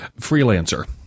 Freelancer